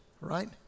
right